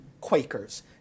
Quakers